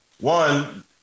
one